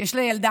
שיש לה ילדה,